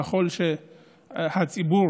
ככל שהציבור